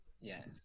Yes